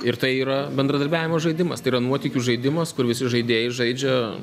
ir tai yra bendradarbiavimo žaidimas tai yra nuotykių žaidimas kur visi žaidėjai žaidžia